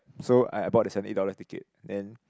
so I I bought the seventy eight dollar ticket then